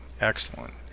Excellent